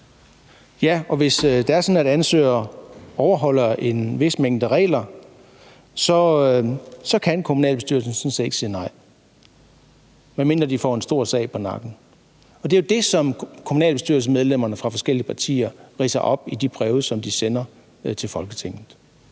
Ja, og hvis det er sådan, at ansøgere overholder en vis mængde regler, så kan kommunalbestyrelsen sådan set ikke sige nej, medmindre de får en stor sag på nakken. Det er det, som kommunalbestyrelsesmedlemmerne fra forskellige partier ridser op i de breve, som de sender til Folketinget,